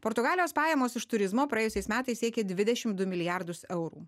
portugalijos pajamos iš turizmo praėjusiais metais siekė dvidešim du milijardus eurų